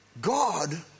God